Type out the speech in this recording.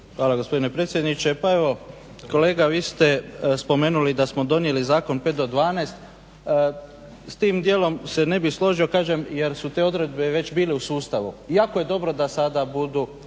Hvala gospodine predsjedniče. Pa evo, kolega vi ste spomenuli da smo donijeli zakon 5 do 12. S tim dijelom se ne bih složio, kažem jer su te odredbe već bile u sustavu. Jako je dobro da sada budu